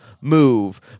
move